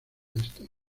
este